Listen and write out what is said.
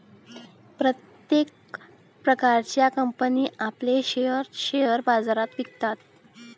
प्रत्येक प्रकारच्या कंपनी आपले शेअर्स शेअर बाजारात विकतात